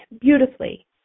beautifully